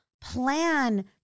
plan